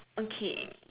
okay